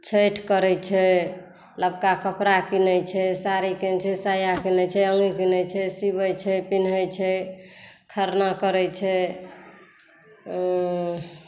छठि करै छै लबका कपड़ा किनै छै साड़ी किनै छै साया किनै छै अंगी किनै छै सीबै छै पीनैह छै खरना करै छै